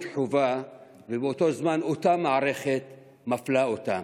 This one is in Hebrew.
חובה ובאותו זמן אותה מערכת מפלה אותם.